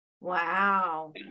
Wow